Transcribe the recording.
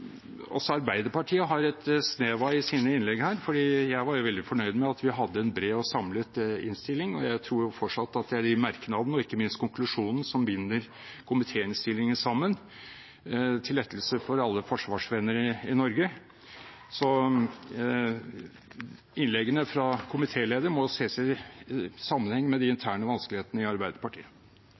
også Arbeiderpartiet har et snev av i sine innlegg her. Jeg var veldig fornøyd med at vi hadde en bred og samlet innstilling, og jeg tror fortsatt at det er de merknadene og ikke minst konklusjonen som binder komitéinnstillingen sammen – til lettelse for alle forsvarsvenner i Norge. Innleggene fra komitélederen må ses i sammenheng med de interne vanskelighetene i Arbeiderpartiet.